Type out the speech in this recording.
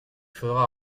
faudra